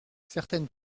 certaines